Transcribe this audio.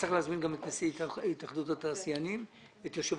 צריך להזמין גם את נשיא התאחדות התעשיינים ואת יושב